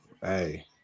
Hey